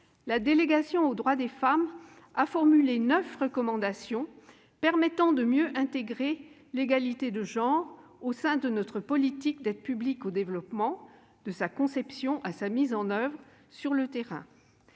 la délégation aux droits des femmes a formulé neuf recommandations permettant de mieux intégrer l'égalité de genre au sein de notre politique d'aide publique au développement, de sa conception à sa mise en oeuvre sur le terrain.